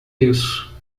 isso